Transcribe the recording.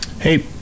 Hey